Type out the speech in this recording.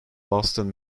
boston